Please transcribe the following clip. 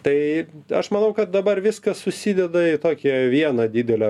tai aš manau kad dabar viskas susideda į tokią vieną didelę